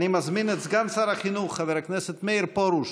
אני מזמין את סגן שר החינוך חבר הכנסת מאיר פרוש